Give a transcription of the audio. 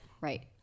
Right